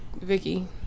Vicky